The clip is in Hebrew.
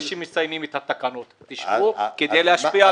רק אנחנו מבקשים: קחו את המסמכים שעד עכשיו הועברו,